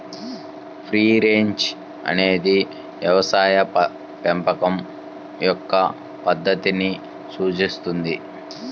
free range అనేది వ్యవసాయ పెంపకం యొక్క పద్ధతిని సూచిస్తుంది